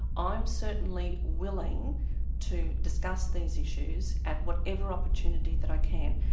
i'm certainly willing to discuss these issues at whatever opportunity that i can,